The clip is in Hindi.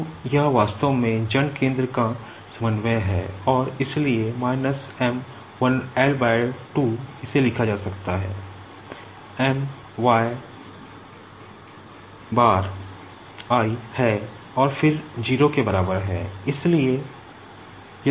तो यह वास्तव में जन केंद्र का समन्वय है और इसीलिए इसे लिखा जा सकता है और फिर 0 के बराबर है